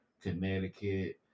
Connecticut